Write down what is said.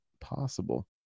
possible